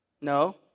No